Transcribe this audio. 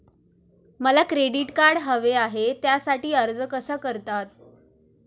मला credit card हवे आहे त्यासाठी अर्ज कसा करतात?